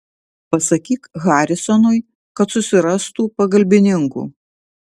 pasakyk harisonui kad susirastų pagalbininkų